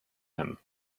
him